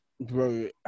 bro